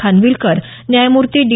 खानविलकर न्यायमूर्ती डी